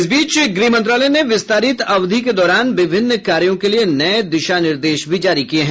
इस बीच गृह मंत्रालय ने विस्तारित अवधि के दौरान विभिन्न कार्यों के लिए नए दिशा निर्देश भी जारी किए हैं